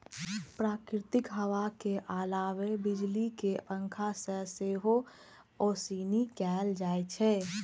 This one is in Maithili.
प्राकृतिक हवा के अलावे बिजली के पंखा से सेहो ओसौनी कैल जाइ छै